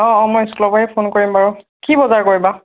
অঁ অঁ মই স্কুলৰ পৰাই ফোন কৰিম বাৰু কি বজাৰ কৰিবা